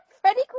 Freddie